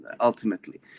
ultimately